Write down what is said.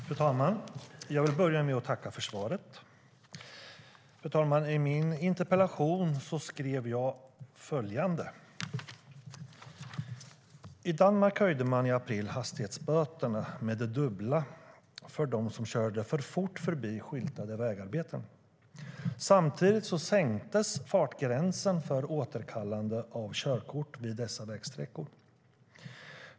Fru talman! Jag vill börja med att tacka för svaret. I min interpellation skrev jag: "I Danmark höjde man i april hastighetsböterna med det dubbla för dem som körde för fort förbi skyltade vägarbeten. Samtidigt så sänktes fartgränsen för återkallande av körkort vid dessa vägsträckor.